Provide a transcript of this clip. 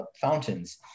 fountains